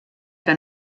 que